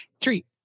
Treat